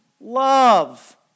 love